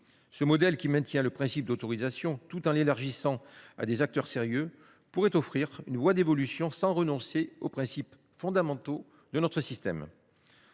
Ce modèle, qui maintient le principe d’autorisation tout en l’élargissant à des acteurs sérieux, pourrait offrir une voie d’évolution sans que nous ayons à renoncer aux principes fondamentaux de notre système.